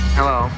Hello